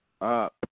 up